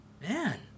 Man